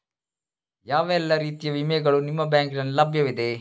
ಯಾವ ಎಲ್ಲ ರೀತಿಯ ವಿಮೆಗಳು ನಿಮ್ಮ ಬ್ಯಾಂಕಿನಲ್ಲಿ ಲಭ್ಯವಿದೆ?